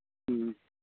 ꯎꯝ